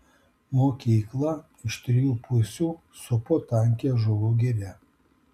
mokyklą iš trijų pusių supo tanki ąžuolų giria